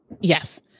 yes